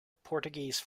portuguese